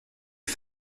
lui